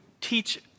teach